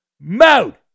mode